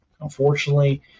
Unfortunately